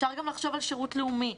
אפשר גם לחשוב על שירות לאומי,